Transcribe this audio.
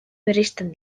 bereizten